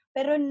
Pero